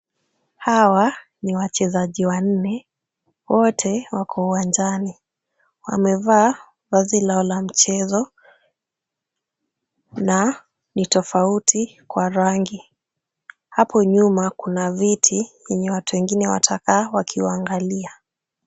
Hawa ni wachezaji wanne. Wote wako uwanjani. Wamevaa vazi lao la michezo na ni tofauti kwa rangi. Hapo nyuma kuna viti yenye watu wengine watakaa wakiwaangalia.